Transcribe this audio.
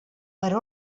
per